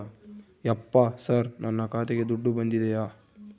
ಯಪ್ಪ ಸರ್ ನನ್ನ ಖಾತೆಗೆ ದುಡ್ಡು ಬಂದಿದೆಯ?